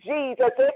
Jesus